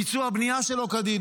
ביצוע בנייה שלא כדין.